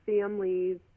families